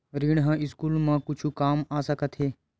ऋण ह स्कूल मा कुछु काम आ सकत हे?